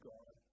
God